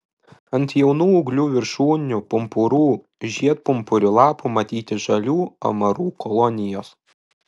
ant jaunų ūglių viršūnių pumpurų žiedpumpurių lapų matyti žalių amarų kolonijos